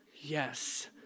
Yes